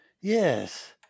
Yes